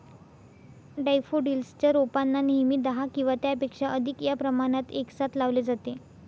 daffodils च्या रोपांना नेहमी दहा किंवा त्यापेक्षा अधिक या प्रमाणात एकसाथ लावले जाते